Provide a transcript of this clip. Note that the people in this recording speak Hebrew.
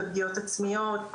בפגיעות עצמיות,